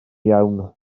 iawn